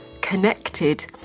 connected